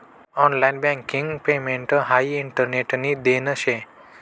online banking payment हाई इंटरनेटनी देन शे